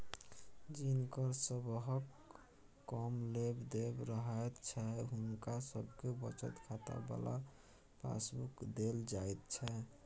जिनकर सबहक कम लेब देब रहैत छै हुनका सबके बचत खाता बला पासबुक देल जाइत छै